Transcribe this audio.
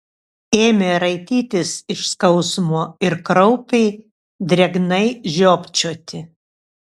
ėmė raitytis iš skausmo ir kraupiai drėgnai žiopčioti